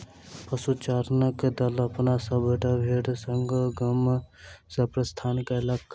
पशुचारणक दल अपन सभटा भेड़ संग गाम सॅ प्रस्थान कएलक